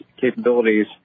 capabilities